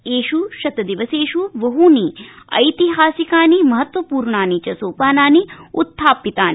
एष् शतदिवसेष् बहनि ऐतिहासिकानि महत्वपूर्णानि च सोपनानि उत्थापितानि